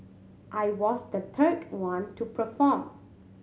I was the third one to perform